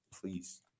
please